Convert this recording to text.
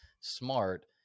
smart